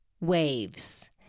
waves